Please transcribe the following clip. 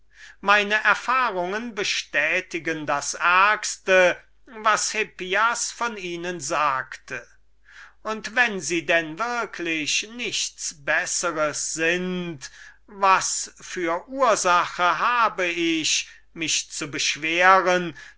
meine erfahrungen rechtfertigen das schlimmste was hippias von ihnen sagte und wenn sie nichts bessers sind was für ursache habe ich mich darüber zu beschweren